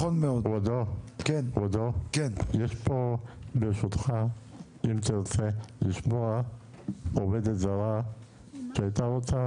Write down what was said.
כבודו ,יש פה ברשותך אם תרצה לשמוע עובדת זרה שהייתה רוצה